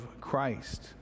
Christ